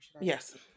Yes